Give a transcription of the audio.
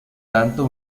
tanto